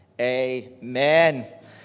Amen